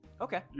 Okay